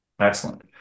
Excellent